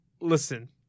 listen